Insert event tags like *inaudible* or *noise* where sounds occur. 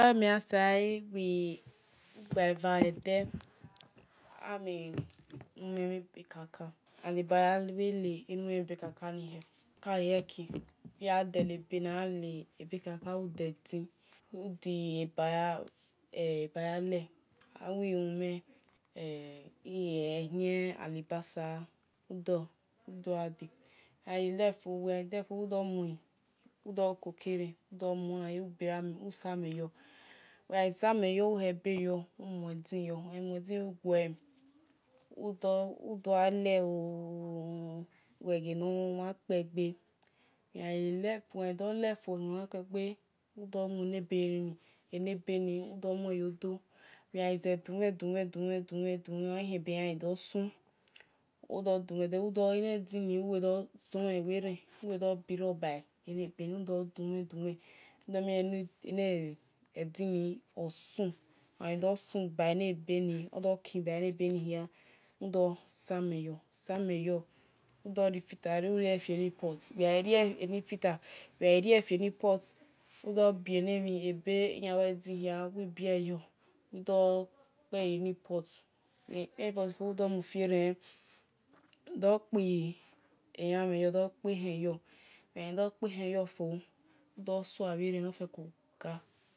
*hesitation* ugbe- eva bha-ede ami owhonmhe-ebe kaka, and eba ya hehe, ughia rie-ek ude eba ya hu- uwhon ebe kaka, udi edin, ude- eba yahe abhu umhen *hesitation* ehie, ahubasa udo. udo- gha de ugha dho fo, udho. ko- ke-enen usame yo- uwe gha-samen yo, whe- ebe yo uhe e- be yo, umue edin yo uguehe. udhole oo *unintelligible* bhe- gha no wha- kpe- gbe. eni ebe ni udo mne yi odo udo- gha da mheb uwe gha ze dumhen, dumhen ogha yan dho- sun eni din udo suhen bhe-ereni udho birabi enu- ebeni. Udo- dumhen dumben. oghi dhosun emidonni oghi dho sun bi eni- ebe ni hia udko same yo, uwe gha samen yo udhoni filter te, udh riele bienni pot udo bie mibe, udho bie yo. udho bie yi-eni pot udho mu fie- nen. udoho kpi elanm- hen yo, udho kpi ehen yo uwe gha dho kpi-ehen yo fo udo sowa bhi- eren no feko gha.